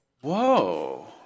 Whoa